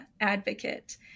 advocate